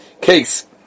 case